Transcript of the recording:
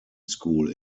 school